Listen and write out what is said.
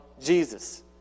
Jesus